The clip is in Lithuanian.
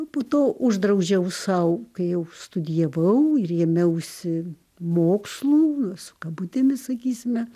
po to uždraudžiau sau kai jau studijavau ir jame usi mokslų su kabutėmis sakysime